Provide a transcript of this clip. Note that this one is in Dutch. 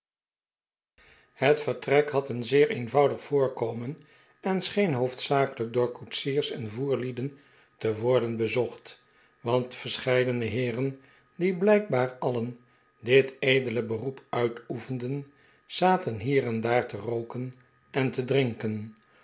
het vertrek had een zeer eenvoudig voorkomen en scheen hoofdzakelijk door koetsiers en voerlieden te worden bezocht want verscheidene heeren die blijkbaar alien dit edele beroep uitoefenden zaten hier de pickwick club en daar te rooken en te drinken